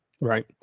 Right